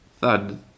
Thud